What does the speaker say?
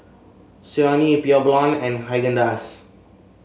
Sony Pure Blonde and Haagen Dazs